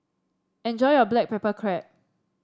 enjoy your Black Pepper Crab